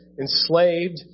enslaved